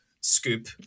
scoop